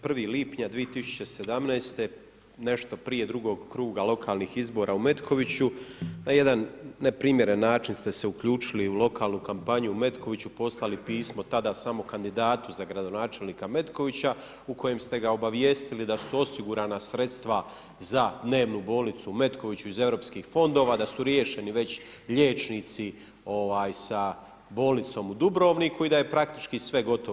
1. lipnja 2017. nešto prije drugog kruga lokalnih izbora u Metkoviću, na jedan neprimjeren način ste se uključili u lokalnu kampanju u Metkoviću, poslali pismo tada samo kandidatu za gradonačelnika Metkovića, u kojem ste ga obavijestili da su osigurana sredstva za dnevnu bolnicu u Metkoviću iz Europskih fondova, da su riješeni već liječnici sa bolnicom u Dubrovniku i da je praktički sve gotovo.